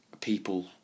people